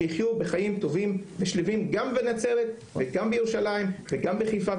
שיחיו בחיים טובים ושלווים גם בנצרת וגם בירושלים וגם בחיפה,